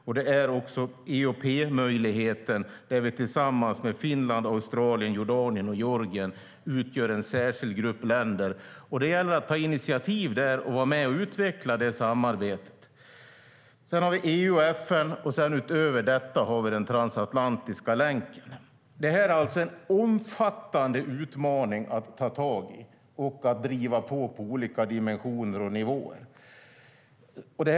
Vi har också EOP, där vi tillsammans med Finland, Australien, Jordanien och Georgien utgör en särskild grupp länder. Det gäller att ta initiativ där och vara med och utveckla samarbetet. Vi har också EU och FN, och utöver detta har vi den transatlantiska länken. Detta är alltså en omfattande utmaning att ta tag i och driva på i olika dimensioner och på olika nivåer.